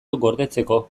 gordetzeko